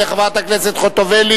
תודה רבה לחברת הכנסת חוטובלי.